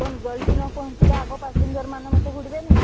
କ'ଣ ଜଲ୍ଦି ନ ପହଞ୍ଚିଲେ ଆଗ ପାସେଞ୍ଜର୍ ମୋତେ ହୁଡ଼ିବେନି